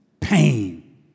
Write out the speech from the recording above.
Pain